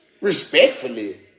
Respectfully